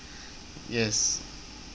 yes